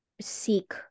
seek